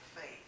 faith